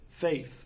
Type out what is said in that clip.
faith